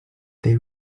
they